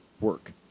work